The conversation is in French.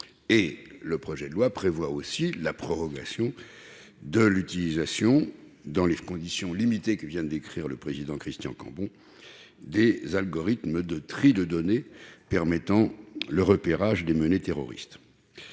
Le projet de loi prévoit aussi la prorogation de l'utilisation, dans les conditions limitées que vient de décrire le président Christian Cambon, des algorithmes de tri de données permettant le repérage des menées terroristes.